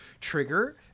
trigger